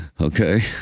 okay